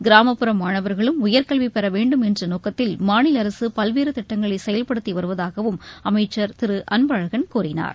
கிராமப்புற மாணவர்களும் உயர்கல்வி பெற வேண்டும் என்ற நோக்கத்தில் மாநில அரசு பல்வேறு திட்டங்களை செயல்படுத்தி வருவதாகவும் அமைச்சர் திரு அன்பழகன் கூறினார்